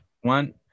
one